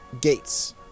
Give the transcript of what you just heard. gates